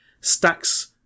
stacks